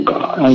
God